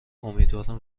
امیدوارم